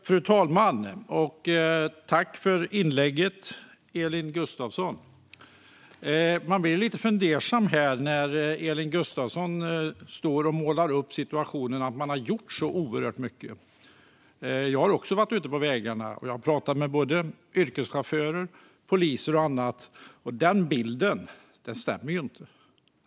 Fru talman! Jag tackar Elin Gustafsson för inlägget. Jag blir lite fundersam när Elin Gustafsson målar upp situationen att man har gjort så oerhört mycket. Jag har också varit ute på vägarna, och jag har pratat med yrkeschaufförer, poliser och andra. Den bilden stämmer inte.